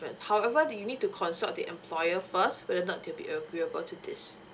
however do you need to consult the employer first whether or not they'll be agreeable to this